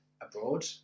abroad